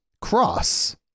cross